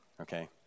Okay